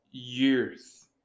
years